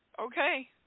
okay